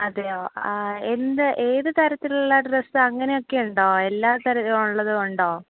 അതെയോ ആ എന്ത് ഏത് തരത്തിലുള്ള ഡ്രസ്സ് അങ്ങനെ ഒക്കെ ഉണ്ടോ എല്ലാ തരത്തിൽ ഉള്ളതും ഉണ്ടോ